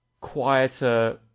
quieter